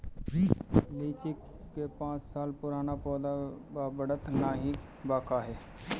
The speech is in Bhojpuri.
लीची क पांच साल पुराना पौधा बा बढ़त नाहीं बा काहे?